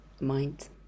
mind